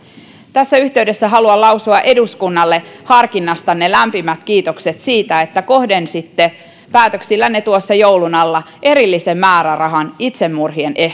tässä yhteydessä haluan lausua eduskunnalle lämpimät kiitokset siitä harkinnasta että kohdensitte päätöksillänne tuossa joulun alla erillisen määrärahan itsemurhien ehkäisyohjelmaan